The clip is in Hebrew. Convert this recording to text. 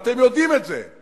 ואתם יודעים את זה,